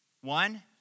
One